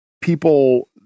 people